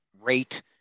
rate